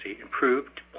improved